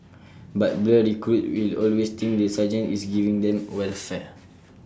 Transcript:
but blur recruits will always think the sergeant is giving them welfare